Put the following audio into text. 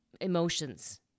emotions